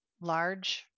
large